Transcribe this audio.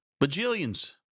Bajillions